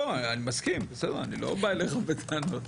אני לא בא אליך בטענות.